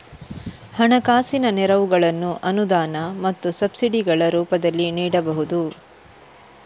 ಹಣಕಾಸಿನ ನೆರವುಗಳನ್ನು ಅನುದಾನ ಮತ್ತು ಸಬ್ಸಿಡಿಗಳ ರೂಪದಲ್ಲಿ ನೀಡಬಹುದು